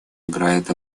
играет